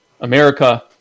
America